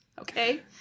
Okay